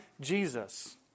Jesus